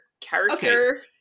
character